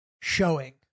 showing